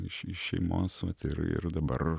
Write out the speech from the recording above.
iš iš šeimos vat ir ir dabar